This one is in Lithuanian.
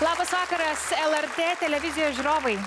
labas vakaras lrt televizijos žiūrovai